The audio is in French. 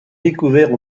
découverts